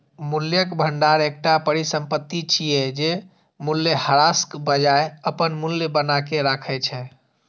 मूल्यक भंडार एकटा परिसंपत्ति छियै, जे मूल्यह्रासक बजाय अपन मूल्य बनाके राखै छै